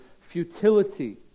futility